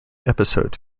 episode